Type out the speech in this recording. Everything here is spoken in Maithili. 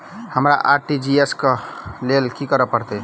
हमरा आर.टी.जी.एस करऽ केँ लेल की करऽ पड़तै?